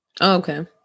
okay